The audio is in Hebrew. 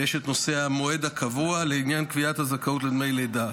ויש את נושא המועד הקובע לעניין קביעת הזכאות לדמי לידה.